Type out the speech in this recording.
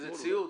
זה ציוץ.